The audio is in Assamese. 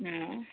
অঁ